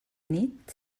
nit